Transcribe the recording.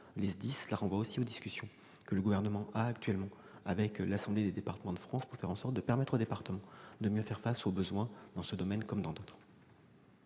SDIS. Cela renvoie aussi aux discussions que le Gouvernement mène actuellement avec l'Assemblée des départements de France pour faire en sorte de permettre aux départements de mieux faire face aux besoins dans ce domaine, comme dans d'autres.